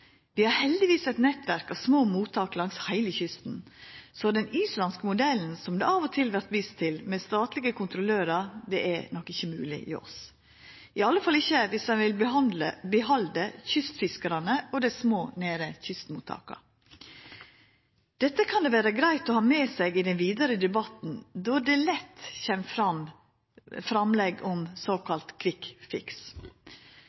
Vi har heldigvis eit nettverk av små mottak langs heile kysten, så den islandske modellen med statlege kontrollørar, som det av og til vert vist til, er nok ikkje mogleg hjå oss – i alle fall ikkje dersom ein vil behalda kystfiskarane og dei små, nære kystmottaka. Dette kan det vera greitt å ha med seg i den vidare debatten, då det lett kjem framlegg om